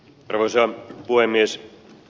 arvoisa puhemies